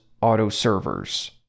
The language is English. auto-servers